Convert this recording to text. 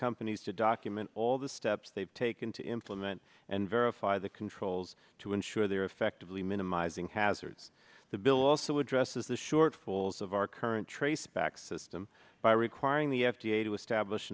companies to document all the steps they've taken to implement and verify the controls to ensure there effectively minimizing hazards the bill also addresses the shortfalls of our current traceback system by requiring the f d a to establish